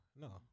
no